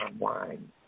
online